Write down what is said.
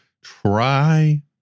try